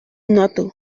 noto